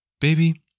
Baby